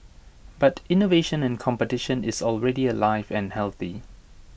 but innovation and competition is already alive and healthy